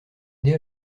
idée